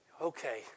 Okay